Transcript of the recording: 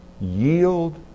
yield